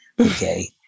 Okay